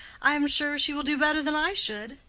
i am sure she will do better than i should.